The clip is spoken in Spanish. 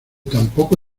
tampoco